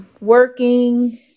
working